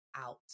out